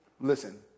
listen